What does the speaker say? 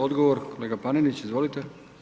Odgovor kolega Panenić, izvolite.